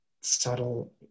subtle